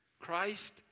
Christ